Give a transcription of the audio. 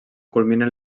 culmina